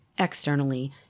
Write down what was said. externally